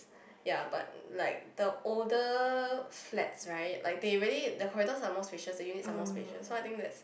ya but like the older flats right like they really the corridors are more spacious the units are more spacious so I think that's